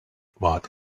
what